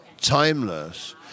timeless